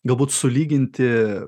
galbūt sulyginti